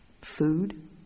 food